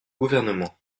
gouvernement